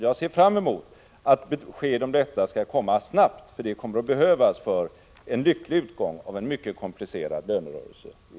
Jag ser fram mot att besked om detta kommer snabbt, därför att det behövs för en lycklig utgång av en mycket komplicerad lönerörelse i år.